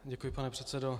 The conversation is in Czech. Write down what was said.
Děkuji, pane předsedo.